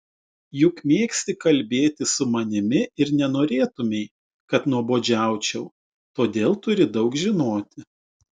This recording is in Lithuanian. juk mėgsti kalbėti su manimi ir nenorėtumei kad nuobodžiaučiau todėl turi daug žinoti